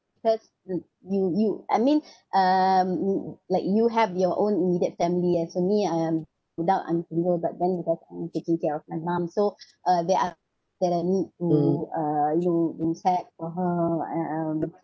because you you I mean um mm like you have your own immediate family and for me I am without anyone but then if I also taking care of my mom so uh there are that I need to uh you know mm decide for her like um